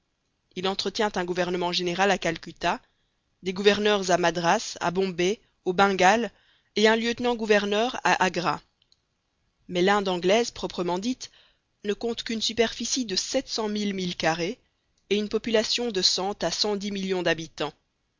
il entretient un gouverneur général à calcutta des gouverneurs à madras à bombay au bengale et un lieutenant gouverneur à agra mais l'inde anglaise proprement dite ne compte qu'une superficie de sept cent mille milles carrés et une population de cent à cent dix millions d'habitants